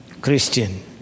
Christian